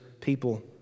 people